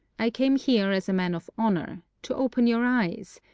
i came here as a man of honour, to open your eyes,